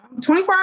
24